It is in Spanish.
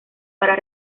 para